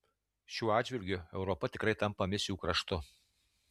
šiuo atžvilgiu europa tikrai tampa misijų kraštu